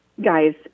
guys